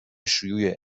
شیوع